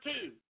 two